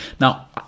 Now